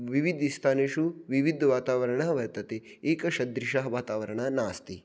विविधस्थानेषु विविधवातावरणं वर्तते एकसदृशं वातावरणं नास्ति